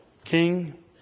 King